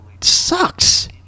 sucks